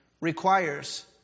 requires